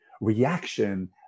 reaction